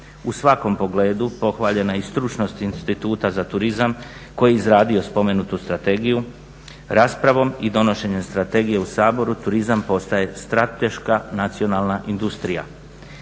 U svakom pogledu pohvaljena je i stručnost Instituta za turizam koji je izradio spomenutu strategiju. Raspravom i donošenjem strategije u Saboru turizam postaje strateška nacionalna industrija.